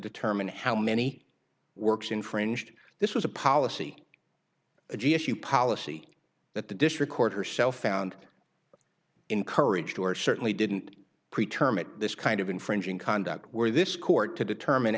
determine how many works infringed this was a policy issue policy that the district court herself found encouraged or certainly didn't pre term this kind of infringing conduct where this court to determine